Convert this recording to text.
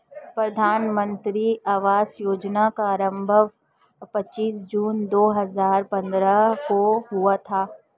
प्रधानमन्त्री आवास योजना का आरम्भ पच्चीस जून दो हजार पन्द्रह को हुआ था